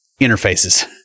interfaces